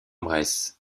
bresse